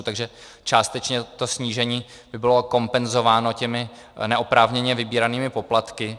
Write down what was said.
Takže částečně to snížení by bylo kompenzováno těmi neoprávněně vybíranými poplatky.